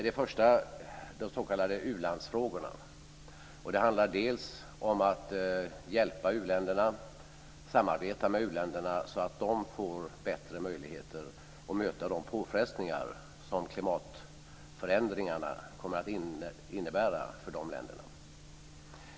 Det första, de s.k. u-landsfrågorna, handlar bl.a. om att samarbeta med u-länderna så att de får bättre möjligheter att möta de påfrestningar som klimatförändringarna kommer att innebära för de länderna.